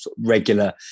regular